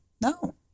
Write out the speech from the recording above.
No